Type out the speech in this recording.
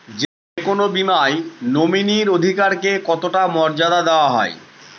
যে কোনো বীমায় নমিনীর অধিকার কে কতটা মর্যাদা দেওয়া হয়?